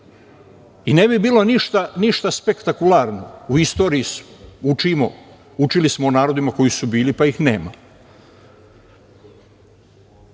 i ne bi bilo ništa spektakularno. U istoriji smo učili o narodima koji su bili, pa ih nema.